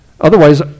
Otherwise